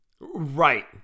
Right